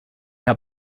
herr